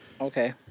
okay